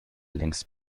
längst